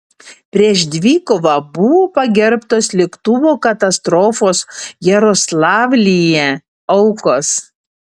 prieš dvikovą buvo pagerbtos lėktuvo katastrofos jaroslavlyje aukos